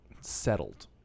settled